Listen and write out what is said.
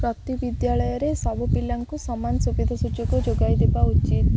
ପ୍ରତି ବିିଦ୍ୟାଳୟରେ ସବୁ ପିଲାଙ୍କୁ ସମାନ ସୁବିଧା ସୁଯୋଗ ଯୋଗାଇ ଦେବା ଉଚିତ୍